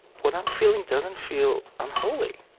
what i'm feeling doesn't feel unholy,